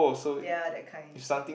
there are that kind